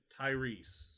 Tyrese